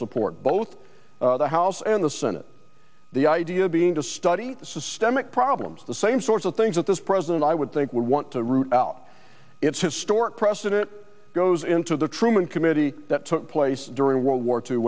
support both the house and the senate the idea being to study the systemic problems the same sorts of things that this president i would think would want to rule out it's historic precedent goes into the truman committee that took place during world war two